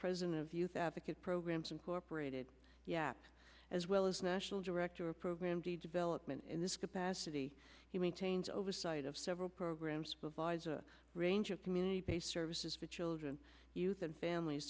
president of youth advocate programs incorporated yapp as well as national director of program development in this capacity he maintains oversight of several programs provides a range of community based services which dran youth and families